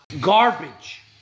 Garbage